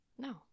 No